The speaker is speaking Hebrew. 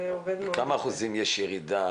בכמה אחוזים יש ירידה